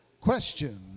question